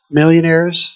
millionaires